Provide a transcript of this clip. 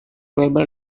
valuable